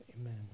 Amen